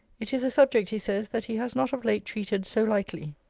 it is a subject, he says, that he has not of late treated so lightly.